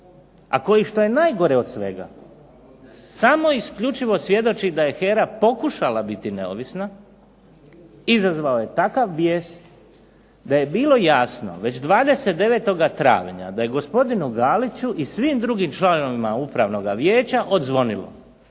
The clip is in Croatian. a koji što je najgore od svega, samo isključivo svjedoči da je HERA pokušala biti neovisna, izazvao je takav bijes, da je bilo jasno već 29. travnja da je gospodinu GAliću i svim drugim članovima upravnoga vijeća odzvonilo